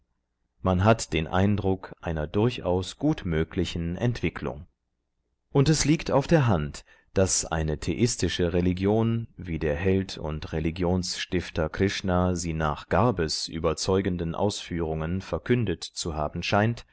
man hat den eindruck einer durchaus gut möglichen entwicklung und es liegt auf der hand daß eine theistische religion wie der held und religionsstifter krishna sie nach garbes überzeugenden ausführungen verkündet zu haben scheint